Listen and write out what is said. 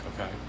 Okay